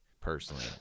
personally